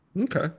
Okay